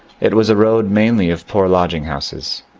it was a road mainly of poor lodging-houses.